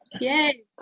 Yay